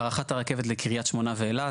הארכת הרכבת לקריית שמונה ואילת.